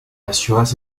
assuraient